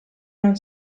non